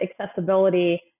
accessibility